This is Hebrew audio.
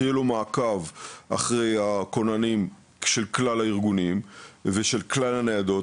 שיהיה לו מעקב אחרי הכוננים של כלל הארגונים ושל כלל הניידות,